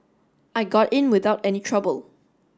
I got in without any trouble